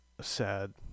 sad